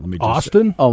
Austin